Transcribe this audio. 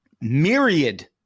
myriad